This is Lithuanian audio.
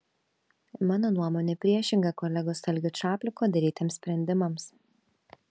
mano nuomonė priešinga kolegos algio čapliko darytiems sprendimams